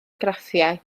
graffiau